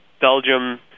Belgium